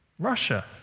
Russia